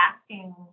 asking